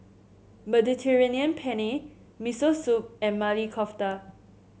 Mediterranean Penne Miso Soup and Maili Kofta